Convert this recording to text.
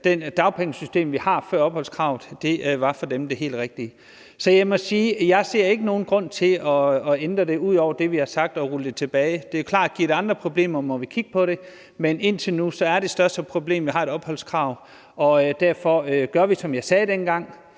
dagpengesystem, vi havde før opholdskravet, var det helt rigtige for dem. Så jeg må sige, at jeg ikke ser nogen grund til at ændre det ud over det, vi har sagt, altså at rulle det tilbage. Det er klart, at hvis det giver andre problemer, må vi kigge på det, men indtil nu er det største problem, at vi har et opholdskrav. Derfor gør vi, som jeg sagde dengang,